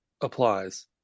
applies